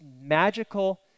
magical